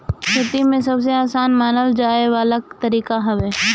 खेती में सबसे आसान मानल जाए वाला तरीका हवे